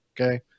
okay